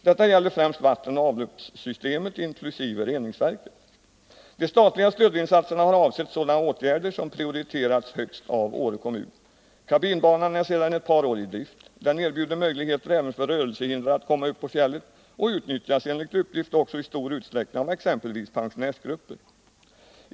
Detta gäller främst vattenoch avloppssystemet inkl. reningsverket. De statliga stödinsatserna har avsett sådana åtgärder som prioriterats högst av Åre kommun. Kabinbanorna är sedan ett par år i drift. Den erbjuder möjligheter även för rörelsehindrade att komma upp på fjället och utnyttjas enligt uppgift också i stor utsträckning av exempelvis pensionärsgrupper.